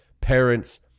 parents